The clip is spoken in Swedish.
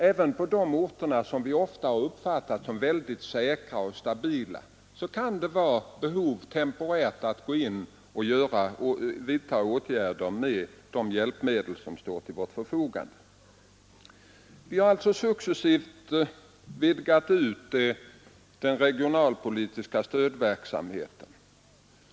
Även på de orter som vi ofta har uppfattat som mycket säkra och stabila kan det finnas temporära behov att vidta åtgärder med de hjälpmedel som står till vårt förfogande. Vi har alltså successivt vidgat den regionalpolitiska stödverksamheten.